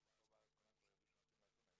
פה בארץ כולם כבר ידעו שהם הולכים לאתונה,